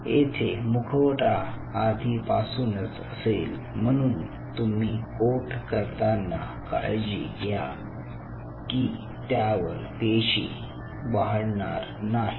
तेथे मुखवटा आधीपासूनच असेल म्हणून तुम्ही कोट करताना काळजी घ्या की त्यावर पेशी वाढणार नाहीत